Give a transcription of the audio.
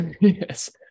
Yes